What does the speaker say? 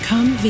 Come